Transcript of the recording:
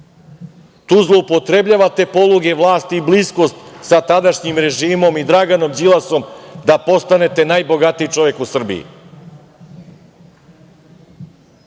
Tu zloupotrebljavate poluge vlasti i bliskost sa tadašnjim režimom i Draganom Đilasom da postanete najbogatiji čovek u Srbiji,